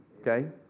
okay